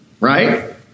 right